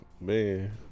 Man